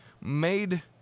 made